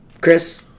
Chris